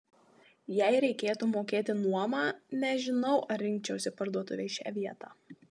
jei reikėtų mokėti nuomą nežinau ar rinkčiausi parduotuvei šią vietą